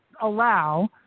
allow